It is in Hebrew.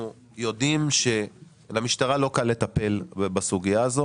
אנחנו יודעים שלמשטרה לא קל לטפל בסוגייה הזו